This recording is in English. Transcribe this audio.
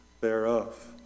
thereof